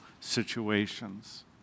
situations